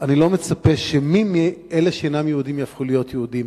אני לא מצפה שמי מאלה שאינם יהודים יהפכו להיות יהודים,